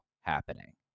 happening